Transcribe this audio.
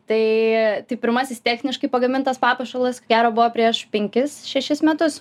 tai tai pirmasis techniškai pagamintas papuošalas ko gero buvo prieš penkis šešis metus